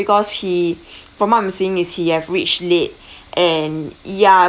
because he from what I'm seeing is he have reached late and ya